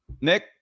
Nick